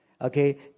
Okay